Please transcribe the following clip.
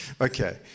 okay